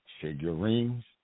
figurines